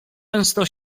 często